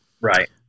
Right